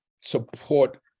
support